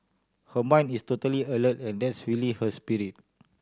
her mind is totally alert and that's really her spirit